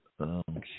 Okay